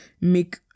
make